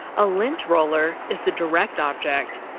a lint roller is the direct object,